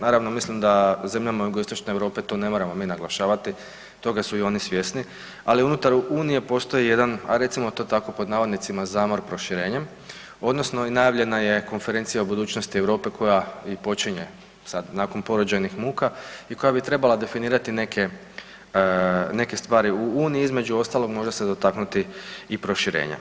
Naravno mislim da zemljama Jugoistočne Europe to moramo mi naglašavati, toga su i oni svjesni, ali unutar Unije postoji jedan, a recimo to tako „zamor proširenjem“ odnosno i najavljena je Konferencija o budućnosti Europe koja počinje sad nakon porođajnih muka i koja bi trebala definirati neke stvari u Uniji, između ostalog možda se dotaknuti i proširenja.